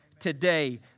today